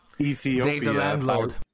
Ethiopia